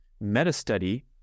meta-study